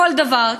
כל דבר,